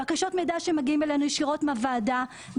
בקשות מידע שמגיעות אלינו ישירות מהוועדה,